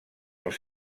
els